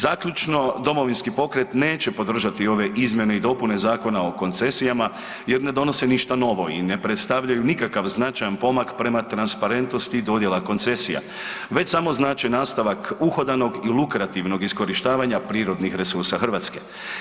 Zaključno, Domovinski pokret neće podržati ove izmjene i dopune Zakona o koncesijama jer ne donose ništa novo i ne predstavljaju nikakav značajan pomak prema transparentnosti dodjela koncesija, već samo znači nastavak uhodanog i lukrativnog iskorištavanja prirodnih resursa Hrvatske.